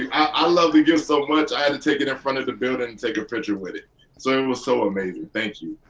i love the gift so much, i had to take it in front of the building and take a picture with it. so, it was so amazing, thank you.